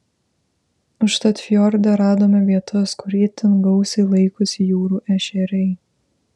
užtat fjorde radome vietas kur itin gausiai laikosi jūrų ešeriai